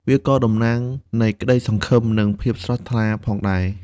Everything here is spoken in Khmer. វាក៏តំណាងនៃក្តីសង្ឃឹម និងភាពស្រស់ថ្លាផងដែរ។